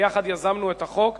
ויזמנו יחד את החוק,